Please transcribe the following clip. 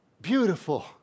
Beautiful